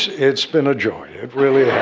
it's been a joy. it really